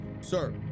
Sir